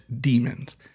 demons